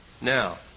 Now